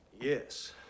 Yes